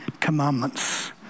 commandments